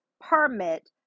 permit